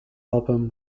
album